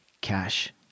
cash